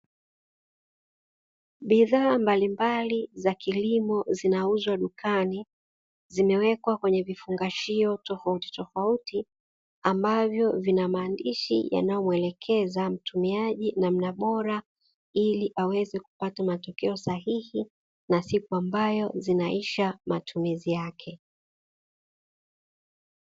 Bidhaa mbalimbali za kilimo zinauzwa dukani. Zimekwa kwenye vifungashio tofautitofauti ambavyo vina maandishi yanayomuelekeza mtumiaji namna bora ili aweze kupata matokea sahihi na siku ambayo zinaisha matumizi yake.